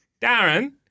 Darren